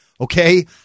okay